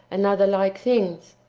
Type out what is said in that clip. and other like things?